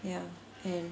ya and